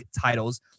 titles